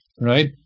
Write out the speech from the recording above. right